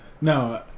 No